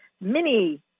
mini